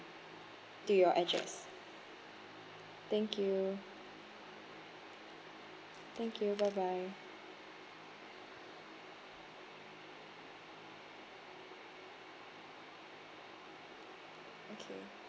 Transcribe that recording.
to your address thank you thank you bye bye